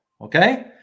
okay